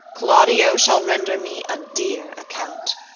claudio shall render me a dear account.